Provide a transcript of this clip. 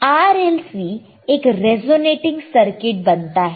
अब RLC एक resonating circuit बनता है